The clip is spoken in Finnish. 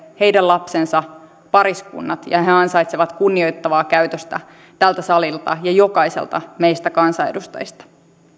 heidän lapsensa pariskunnat ja he ansaitsevat kunnioittavaa käytöstä tältä salilta ja jokaiselta meistä kansanedustajista